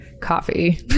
coffee